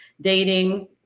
dating